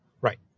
Right